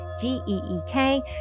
g-e-e-k